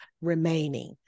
remaining